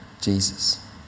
Jesus